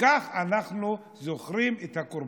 בכך אנחנו זוכרים את הקורבנות.